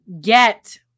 get